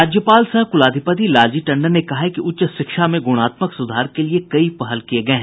राज्यपाल सह कुलाधिपति लालजी टंडन ने कहा है कि उच्च शिक्षा में गुणात्मक सुधार के लिए कई पहल किये गये हैं